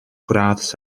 gradd